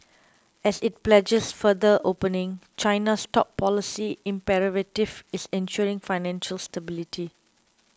as it pledges further opening China's top policy imperative is ensuring financial stability